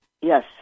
Yes